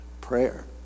Prayer